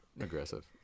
Aggressive